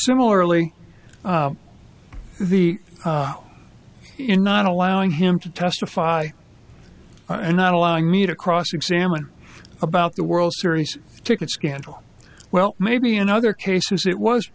similarly the in not allowing him to testify and not allowing me to cross examine about the world series tickets scandal well maybe in other cases it was